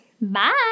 Bye